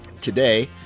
today